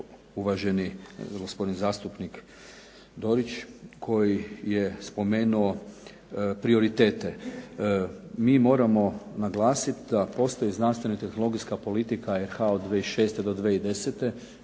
uvaženi gospodin zastupnik Dorić koji je spomenuo prioritete. Mi moramo naglasiti da postoji znanstvena i tehnologijska politika RH od 2006. do 2010.